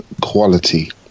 quality